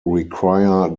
require